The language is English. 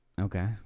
Okay